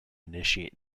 initiate